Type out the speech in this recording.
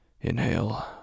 Inhale